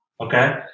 okay